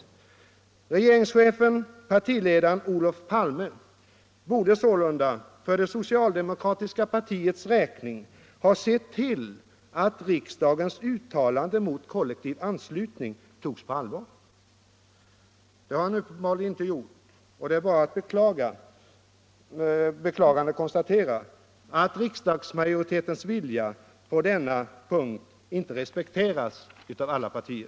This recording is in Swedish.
Regeringschefen och partiledaren Olof Palme borde sålunda för det socialdemokratiska partiets räkning ha sett till att riksdagens uttalande mot kollektivanslutningen togs på allvar. Det har han uppenbarligen inte gjort, och det är bara att med beklagande konstatera att riksdagsmajoritetens vilja på denna punkt inte respekteras av alla partier.